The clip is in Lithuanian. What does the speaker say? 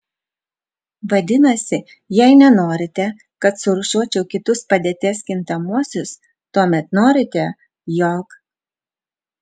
vadinasi jei nenorite kad surūšiuočiau kitus padėties kintamuosius tuomet norite jog